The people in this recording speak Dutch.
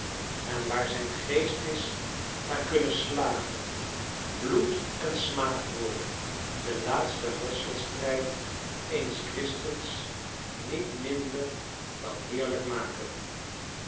en waar zijn geest is daar kunnen slagen bloed en smaadwoorden den laatsten worstelstrijd eens christens niet minder dan heerlijk maken